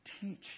teach